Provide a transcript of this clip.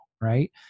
right